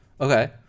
Okay